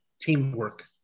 teamwork